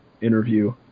interview